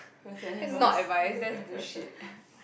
that's my advice